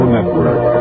Network